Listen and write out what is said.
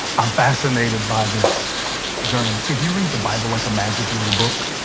i'm fascinated by this journey. if you read the bible like a magic rulebook,